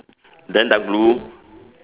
then dark blue